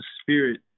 spirit